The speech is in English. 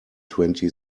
twenty